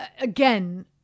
Again